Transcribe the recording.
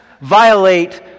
violate